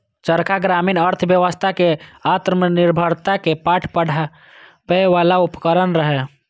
चरखा ग्रामीण अर्थव्यवस्था कें आत्मनिर्भरता के पाठ पढ़बै बला उपकरण रहै